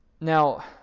Now